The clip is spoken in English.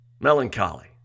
Melancholy